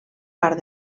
part